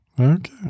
Okay